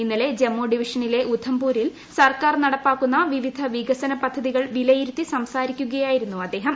ഇന്നലെ ജമ്മു ഡിവിഷനിലെ ഉധംപൂരിൽ സർക്കാർ നടപ്പാക്കുന്ന വിവിധ വികസന പദ്ധതികൾ വിലയിരുത്തി സംസാരിക്കുകയായിരുന്നു അദ്ദേഹം